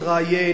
אתראיין,